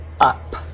up